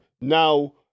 now